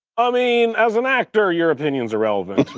ah mean, as an actor, your opinion is irrelevant